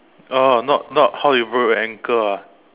oh not not how you broke your ankle ah